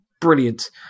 Brilliant